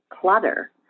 clutter